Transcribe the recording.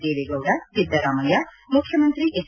ದೇವೇಗೌಡ ಸಿದ್ದರಾಮಯ್ಯ ಮುಖ್ಯಮಂತ್ರಿ ಎಚ್